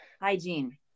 hygiene